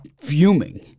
fuming